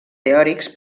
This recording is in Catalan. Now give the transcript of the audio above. teòrics